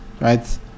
right